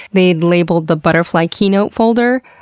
they'd labeled the butterfly keynote folder,